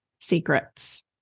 secrets